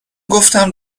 گفتم